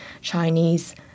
Chinese